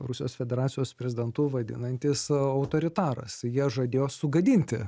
rusijos federacijos prezidentu vadinantis autoritaras jie žadėjo sugadinti